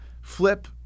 flip